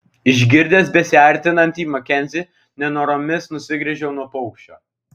išgirdęs besiartinantį makenzį nenoromis nusigręžiau nuo paukščio